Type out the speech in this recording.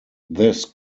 this